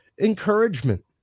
encouragement